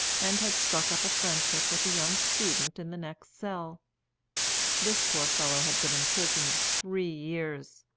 and had struck up a friendship with a young student in the next cell this poor fellow had been imprisoned three years,